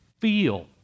feel